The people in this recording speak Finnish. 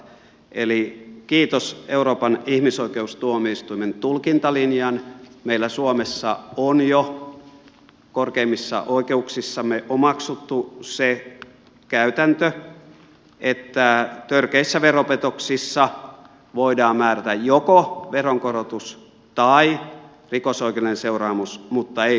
eli kiitos euroopan ihmisoikeustuomioistuimen tulkintalinjan meillä suomessa on jo korkeimmissa oikeuksissamme omaksuttu se käytäntö että törkeissä veropetoksissa voidaan määrätä joko veronkorotus tai rikosoikeudellinen seuraamus mutta ei molempia